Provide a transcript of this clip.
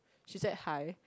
she said hi